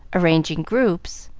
arranging groups,